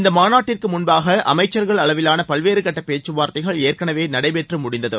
இந்த மாநாட்டிற்கு முன்பாக அமைச்சர்கள் அளவிலான பல்வேறு கட்டப்பேச்சுவார்த்தைகள் ஏற்கெனவே நடைபெற்று முடிந்தது